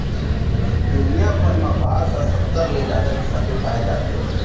दुनिया भर म बांस ह सत्तर ले जादा किसम के पाए जाथे